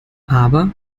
aber